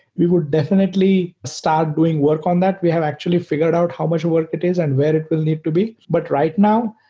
we would definitely start doing work on that. we have actually figured out how much work it is and where it will need to be. but right now,